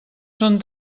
són